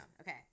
Okay